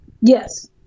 Yes